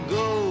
go